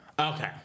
Okay